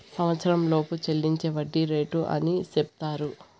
సంవచ్చరంలోపు చెల్లించే వడ్డీ రేటు అని సెపుతారు